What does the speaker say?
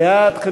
בעד,